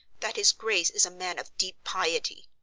that his grace is a man of deep piety.